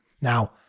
Now